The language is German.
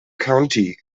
county